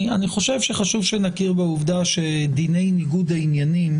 אני חושב שחשוב שנכיר בעובדה שדיני ניגוד העניינים